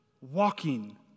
walking